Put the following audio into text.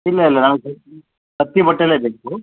ಇಲ್ಲ ಇಲ್ಲ ಹತ್ತಿ ಬಟ್ಟೇಲ್ಲೆ ಬೇಕು